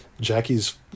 Jackie's